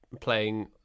playing